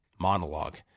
monologue